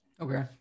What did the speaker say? Okay